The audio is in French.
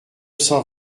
cent